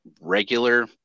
regular